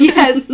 Yes